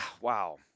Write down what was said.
wow